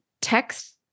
text